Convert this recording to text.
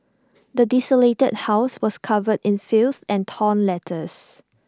the desolated house was covered in filth and torn letters